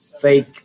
fake